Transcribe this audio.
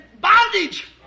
bondage